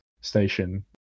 station